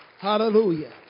Hallelujah